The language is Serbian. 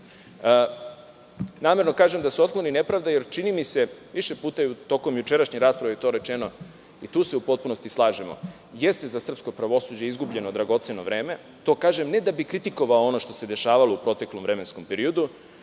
Namerno kažem da se otkloni nepravda, jer mi se čini, više puta je tokom jučerašnje rasprave to rečeno, tu se u potpunosti slažemo, jeste za srpsko pravosuđe izgubljeno dragoceno vreme. To kažem, ne da bih kritikovao ono što se dešavalo u proteklom vremenskom periodu,